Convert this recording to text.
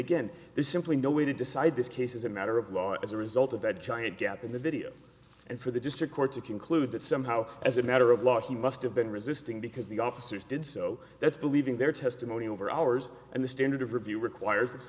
again this simply no way to decide this case is a matter of law as a result of that giant gap in the video and for the district court to conclude that somehow as a matter of law he must have been resisting because the officers did so that's believing their testimony over ours and the standard of review requires